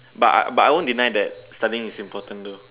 but I but I won't deny that studying is important though